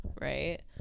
Right